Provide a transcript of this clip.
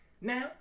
Now